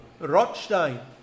Rotstein